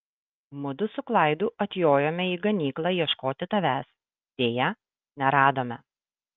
mudu su klaidu atjojome į ganyklą ieškoti tavęs deja neradome